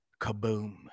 kaboom